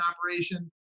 operation